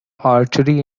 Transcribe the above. archery